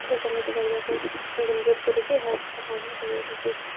ତ ସେମିତି କରିବାକୁ ପ୍ଲିଜ ଅନୁରୋଧ କରୁଛି ଏହାକୁ ସମାଧାନ କରନ୍ତୁ